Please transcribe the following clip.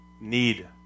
need